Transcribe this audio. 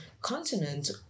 continent